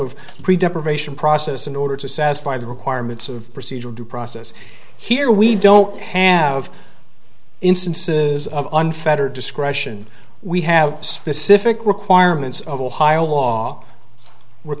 of deprivation process in order to satisfy the requirements of procedural due process here we don't have instances of unfettered discretion we have specific requirements of ohio law w